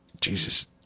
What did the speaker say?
Jesus